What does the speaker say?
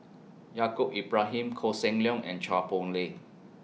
Yaacob Ibrahim Koh Seng Leong and Chua Poh Leng